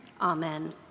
Amen